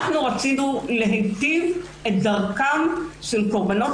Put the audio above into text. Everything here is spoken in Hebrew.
אנחנו רצינו להיטיב את דרכם של קורבנות